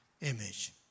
image